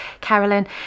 Carolyn